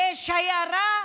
ושיירה,